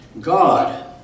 God